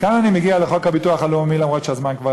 לשחרר אלפי טרוריסטים כדי להציל אחד